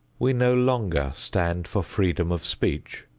we no longer stand for freedom of speech.